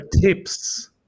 tips